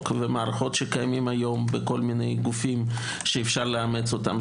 ומערכות שקיימות היום בכל מיני גופים שאפשר לאמץ אותם.